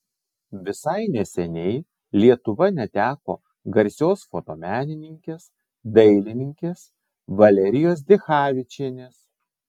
visai neseniai lietuva neteko garsios fotomenininkės dailininkės valerijos dichavičienės